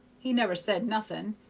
he never said nothing,